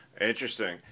Interesting